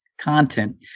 content